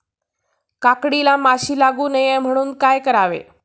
काकडीला माशी लागू नये म्हणून काय करावे?